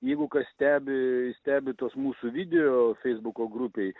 jeigu kas stebi stebi tuos mūsų video feisbuko grupėj